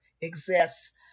exists